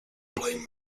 playing